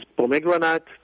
pomegranate